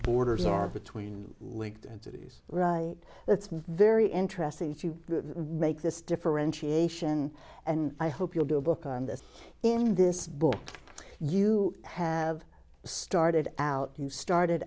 borders are between linked entities right it's very interesting if you make this differentiation and i hope you'll do a book on this in this book you have started out you started